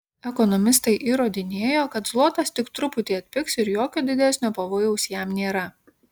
ekonomistai įrodinėjo kad zlotas tik truputį atpigs ir jokio didesnio pavojaus jam nėra